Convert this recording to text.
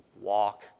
Walk